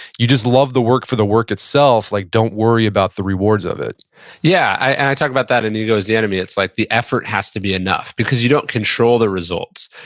you just love the work for the work itself, like don't worry about the rewards of it yeah, and i talk about that in ego is the enemy, it's like, the effort has to be enough, because you don't control the results.